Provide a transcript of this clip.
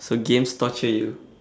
so games torture you